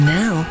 now